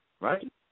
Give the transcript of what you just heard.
Right